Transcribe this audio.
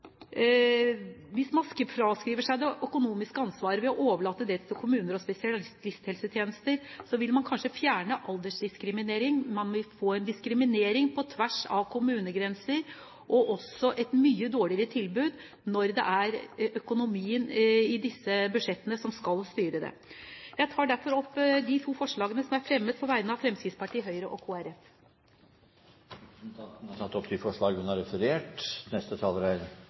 Hvis man fraskriver seg det økonomiske ansvaret ved å overlate det til kommuner og spesialisthelsetjenester, vil man kanskje fjerne aldersdiskriminering, men man vil få en diskriminering på tvers av kommunegrenser og også et mye dårligere tilbud når det er økonomien i disse budsjettene som skal styre det. Jeg tar derfor, på vegne av Fremskrittspartiet, Høyre og Kristelig Folkeparti, opp de to forslagene som er tatt inn i innstillingen. Representanten Vigdis Giltun har tatt opp de forslagene hun